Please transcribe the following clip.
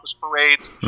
parades